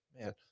Man